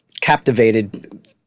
captivated –